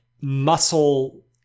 muscle